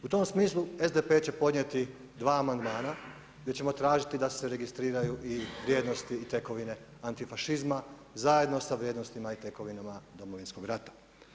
U tom smislu SDP će podnijeti dva amandmana gdje ćemo tražiti da se registriraju i vrijednosti i tekovine antifašizma, zajedno sa vrijednostima i tekovinama Domovinskog rata.